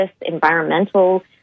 environmental